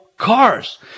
Cars